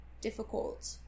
difficult